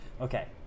Okay